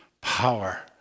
Power